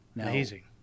Amazing